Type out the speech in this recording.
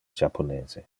japonese